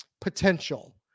potential